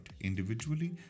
individually